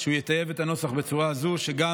שהוא יטייב את הנוסח בצורה כזאת שגם